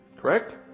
Correct